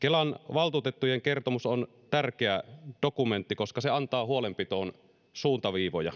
kelan valtuutettujen kertomus on tärkeä dokumentti koska se antaa huolenpitoon suuntaviivoja